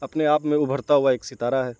اپنے آپ میں ابھرتا ہوا ایک ستارہ ہے